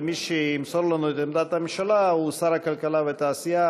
ומי שימסור לנו את עמדת הממשלה הוא שר הכלכלה והתעשייה,